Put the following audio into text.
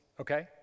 Okay